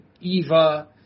Eva